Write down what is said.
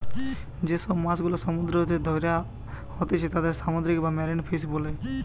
যে সব মাছ গুলা সমুদ্র হইতে ধ্যরা হতিছে তাদির সামুদ্রিক বা মেরিন ফিশ বোলে